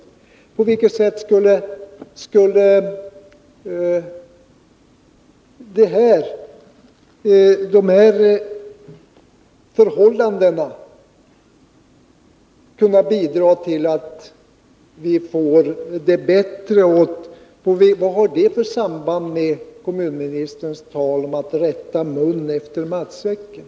På vilket sätt skulle dessa faktorer kunna bidra till att vi får det bättre, och vilket samband har de med kommunministerns tal om att rätta mun efter matsäcken?